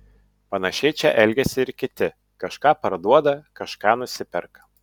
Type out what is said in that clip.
panašiai čia elgiasi ir kiti kažką parduoda kažką nusiperka